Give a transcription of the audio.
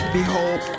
Behold